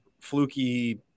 fluky